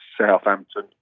Southampton